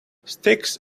sticks